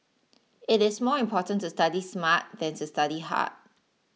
it is more important to study smart than to study hard